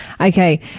Okay